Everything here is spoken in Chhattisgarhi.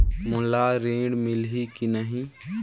मोला ऋण मिलही की नहीं?